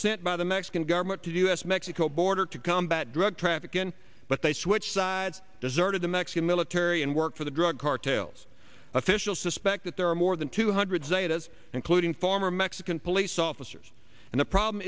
sent by the mexican government to do s mexico border to combat drug trafficking but they switched sides deserted the mexican military and work for the drug cartels official suspect that there are more than two hundred zetas including former mexican police officers and the problem